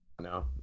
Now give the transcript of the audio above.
No